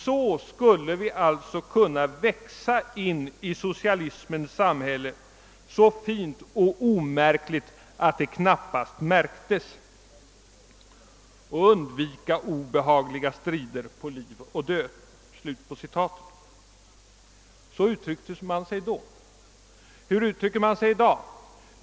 Så skulle vi alltså kunna växa in i socialismens samhälle, så fint och omärkligt, att det knappast märktes ——— och undvika obehagliga strider på liv och död.» Så uttryckte man det då. Hur uttrycker man sig i dag?